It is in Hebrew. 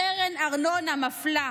קרן ארנונה מפלה,